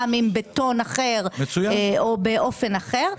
גם אם בטון אחר או באופן אחר.